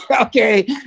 okay